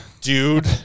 dude